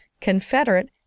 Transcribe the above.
Confederate